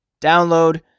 download